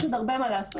יש עוד הרבה מה לעשות.